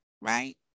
right